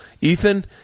Ethan